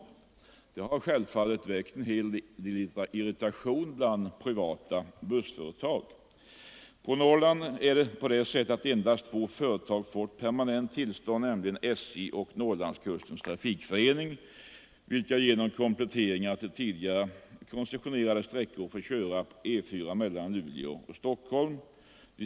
Det har självfallet väckt en hel del irritation bland privata bussföretag. För trafik på Norrland har endast två företag fått permanent tillstånd, nämligen SJ och Norrlandskustens trafikförening, vilka genom kompletteringar till tidigare koncessionerade sträckor får köra E 4 mellan Luleå och Stockholm.